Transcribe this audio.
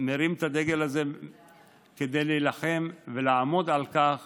מרים את הדגל הזה כדי להילחם ולעמוד על כך